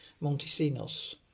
Montesinos